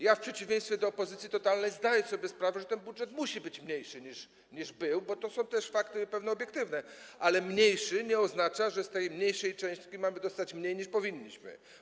Ja w przeciwieństwie do opozycji totalnej zdaję sobie sprawę, że ten budżet musi być mniejszy, niż był, bo są też pewne fakty obiektywne, ale mniejszy nie oznacza, że z tej mniejszej części mamy dostać mniej, niż powinniśmy.